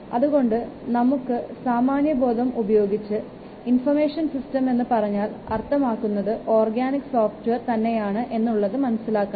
അതുകൊണ്ട് നമ്മുടെ സാമാന്യബോധം ഉപയോഗിച്ച് ഇൻഫർമേഷൻ സിസ്റ്റം എന്ന് പറഞ്ഞാൽ അർത്ഥമാക്കുന്നത് ഓർഗാനിക് സോഫ്റ്റ്വെയർ തന്നെയാണ് എന്നുള്ളത് മനസ്സിലാക്കണം